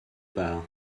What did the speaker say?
part